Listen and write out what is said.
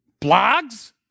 Blogs